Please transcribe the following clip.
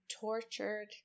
tortured